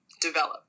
develop